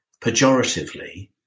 pejoratively